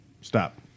Stop